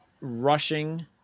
rushing